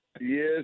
Yes